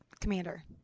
Commander